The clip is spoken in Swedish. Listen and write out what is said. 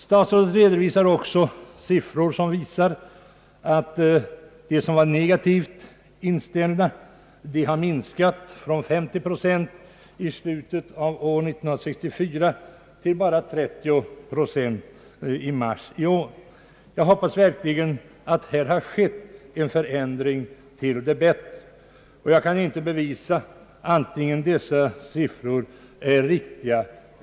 Statsrådet redovisade också siffror som visar att de som var negativt inställda har minskat från 50 procent i slutet av år 1964 till bara 30 procent i mars i år. Jag hoppas verkligen att det här har skett en förändring till det bättre. Jag kan inte bevisa att dessa siffror är riktiga.